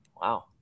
Wow